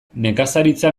nekazaritza